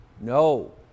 No